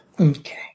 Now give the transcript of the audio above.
Okay